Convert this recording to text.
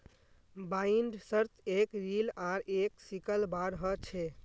बाइंडर्सत एक रील आर एक सिकल बार ह छे